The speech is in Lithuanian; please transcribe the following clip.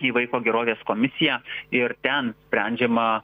į vaiko gerovės komisiją ir ten sprendžiama